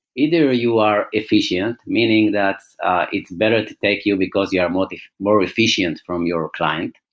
either you are efficient. meaning that it's better to take you because you are more more efficient from your client.